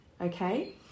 Okay